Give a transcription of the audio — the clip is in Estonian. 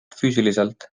füüsiliselt